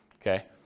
Okay